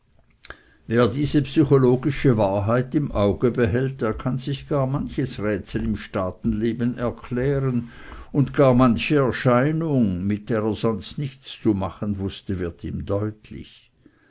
wer diese psychologische wahrheit im auge behält der kann sich gar manches rätsel im staatenleben erklären und gar manche erscheinung mit der er sonst nichts zu machen wußte wird ihm deutlich